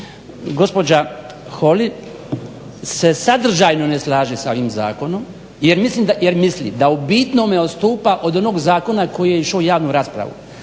gospođa Holy se sadržajno ne slaže s ovim zakonom jer misli da u bitnome odstupa od onog zakona koji je išao u javnu raspravu,